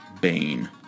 Bane